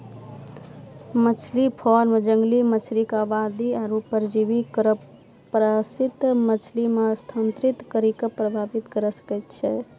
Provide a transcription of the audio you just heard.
मछरी फार्म जंगली मछरी क आबादी आरु परजीवी केरो प्रवासित मछरी म स्थानांतरित करि कॅ प्रभावित करे सकै छै